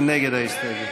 מי נגד ההסתייגות?